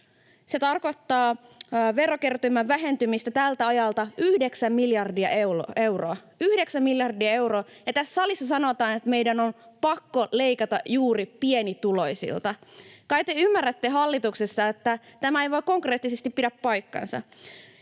Se tarkoittaa verokertymän vähentymistä tältä ajalta yhdeksän miljardia euroa — yhdeksän miljardia euroa. Ja tässä salissa sanotaan, että meidän on pakko leikata juuri pienituloisilta. Kai te ymmärrätte hallituksessa, että tämä ei vain konkreettisesti pidä paikkaansa.